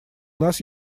нас